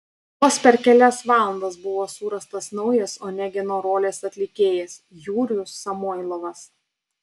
vos per kelias valandas buvo surastas naujas onegino rolės atlikėjas jurijus samoilovas